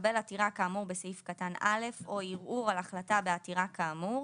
לקבל עתירה כאמור בסעיף קטן (א) או ערעור על החלטה בעתירה כאמור,